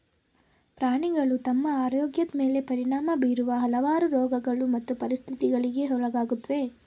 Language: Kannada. ಪ್ರಾಣಿಗಳು ತಮ್ಮ ಆರೋಗ್ಯದ್ ಮೇಲೆ ಪರಿಣಾಮ ಬೀರುವ ಹಲವಾರು ರೋಗಗಳು ಮತ್ತು ಪರಿಸ್ಥಿತಿಗಳಿಗೆ ಒಳಗಾಗುತ್ವೆ